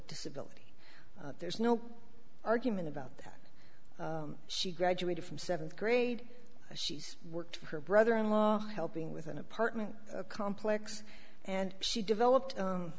disability there's no argument about that she graduated from seventh grade she's worked for her brother in law helping with an apartment complex and she developed